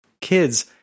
kids